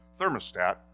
thermostat